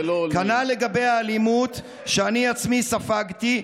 כנ"ל לגבי האלימות שאני עצמי ספגתי.